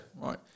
right